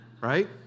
right